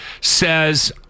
says